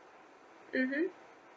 mmhmm